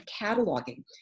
cataloging